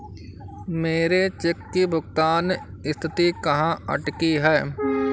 मेरे चेक की भुगतान स्थिति कहाँ अटकी है?